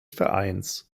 vereins